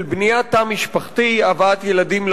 של בניית תא משפחתי, הבאת ילדים לעולם.